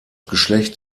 geschlecht